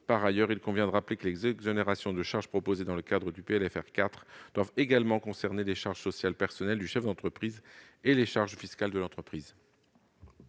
Par ailleurs, il convient de rappeler que les exonérations de charges proposées dans le cadre du PLFR 4 doivent également concerner les charges sociales personnelles du chef d'entreprise et les charges fiscales de l'entreprise.